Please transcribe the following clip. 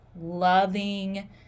loving